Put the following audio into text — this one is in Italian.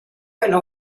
quella